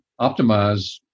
optimize